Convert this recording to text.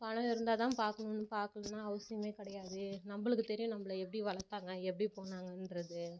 பணம் இருந்தால்தான் பார்க்கணுன்னு பார்க்கணுன்னா அவசியமே கிடையாது நம்மளுக்கு தெரியும் நம்மள எப்படி வளர்த்தாங்க எப்படி போனாங்ககிறது